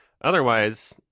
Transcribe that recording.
Otherwise